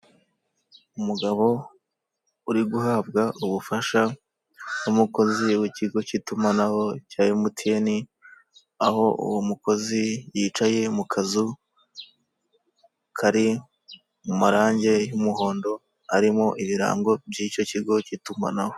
Umugabo uri guhabwa ubufasha n'umukozi w'ikigo cy'itumanaho cya MTN aho uwo mukozi yicaye mu kazu kari mu marangi y'umuhondo ariho ibirango by'icyo kigo cy'itumanaho .